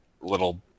little